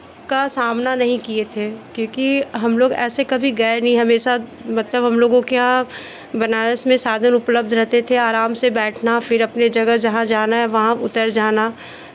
का सामना नहीं किए थे क्योंकि हम लोग ऐसे कभी गए नहीं हमेशा मतलब हम लोगों के यहाँ बनारस में साधन उपलब्ध रहते थे आराम से बैठना फिर अपने जगह जहाँ जाना है वहाँ उतर जाना